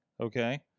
okay